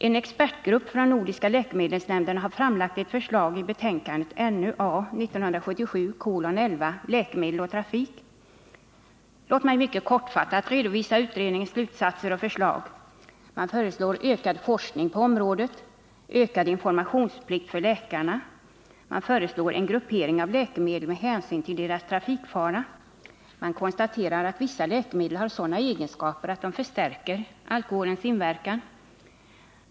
En expertgrupp från nordiska läkemedelsnämnden har framlagt ett förslag i betänkandet NU A 1977:11, Läkemedel och trafik. Låt mig mycket kortfattat redovisa utredningens slutsatser och förslag. Man föreslår ökad forskning på området och ökad informationsplikt för läkarna. Man föreslår en gruppering av läkemedel med hänsyn till deras trafikfara. Man konstaterar att vissa läkemedel har sådana egenskaper att de förstärker alkoholens inverkan.